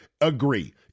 agree